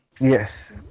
Yes